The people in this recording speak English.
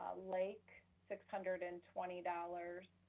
lake, six hundred and twenty dollars.